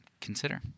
consider